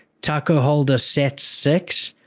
taco holder set six.